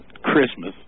Christmas